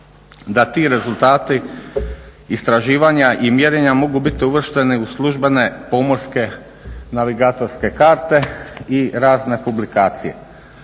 da ti rezultati, istraživanja i mjerenja mogu biti uvršteni u službene pomorske navigatorske karte i razne publikacije.